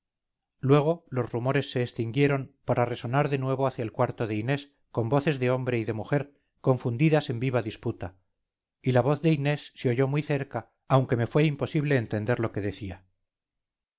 luego los rumores se extinguieron para resonar de nuevo hacia el cuarto de inés con voces de hombre y de mujer confundidas en viva disputa y la voz de inés se oyó muy cerca aunque me fue imposible entender lo que decía